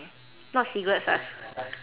not cigarettes ah